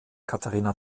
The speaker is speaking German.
katharina